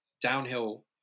downhill